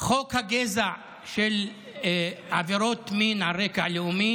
חוק הגזע של עבירות מין על רקע לאומי